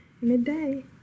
Midday